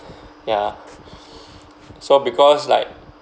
ya so because like